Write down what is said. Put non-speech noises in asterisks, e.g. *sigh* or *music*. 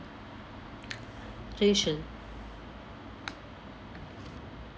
*noise* racial